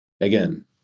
again